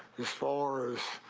is full or is.